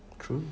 true